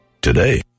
today